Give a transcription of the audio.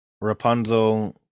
Rapunzel